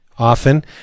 Often